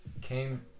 came